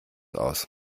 aus